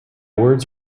words